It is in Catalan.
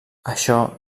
això